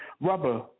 rubber